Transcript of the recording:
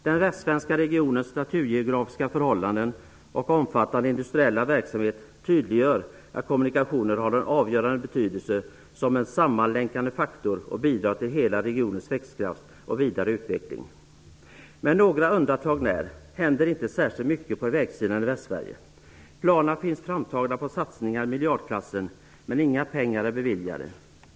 Den västsvenska regionens naturgeografiska förhållanden och omfattande industriella verksamhet tydliggör att kommunikationerna som en sammanlänkande faktor är av avgörande betydelse. De bidrar till hela regionens växtkraft och vidareutveckling. Med några undantag när händer inte särskilt mycket på vägsidan i Västsverige. Det finns planer framtagna på satsningar i miljardklassen, men inga pengar är beviljade.